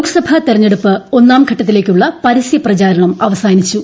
ലോക്സഭാ തെരഞ്ഞെടുപ്പ് ഒന്നാംഘട്ടത്തിലേക്കുള്ള പരസ്യപ്രചാരണം അവസാനിച്ചു